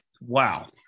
wow